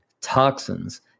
toxins